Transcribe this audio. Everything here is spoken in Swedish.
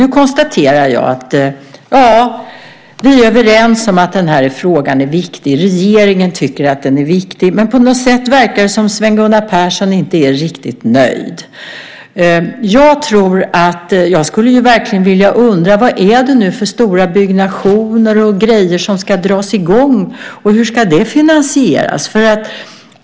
Nu konstaterar jag att ja, vi är överens om att den här frågan är viktig, och regeringen tycker att den är viktig. Men på något sätt verkar det som att Sven Gunnar Persson inte är riktigt nöjd. Jag undrar verkligen vad det nu är för stora byggnationer och annat som ska dras i gång och hur det ska finansieras.